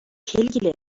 келгиле